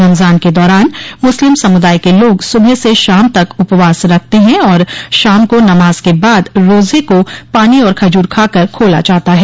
रमजान के दौरान मुस्लिम समुदाय के लोग सुबह से शाम तक उपवास रखते हैं और शाम को नमाज के बाद रोजे को पानी और खजूर खाकर खोला जाता है